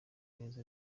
mezi